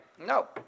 No